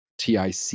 TIC